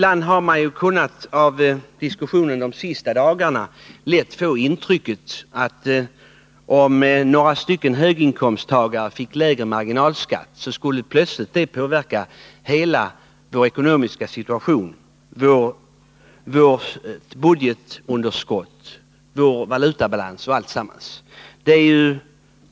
Av diskussionen under de senaste dagarna har man lätt kunnat få intrycket att om några höginkomsttagare fick lägre marginalskatt, så skulle detta helt plötsligt påverka hela vår ekonomiska situation, vårt budgetunderskott, vår valutabalans och allt sådant.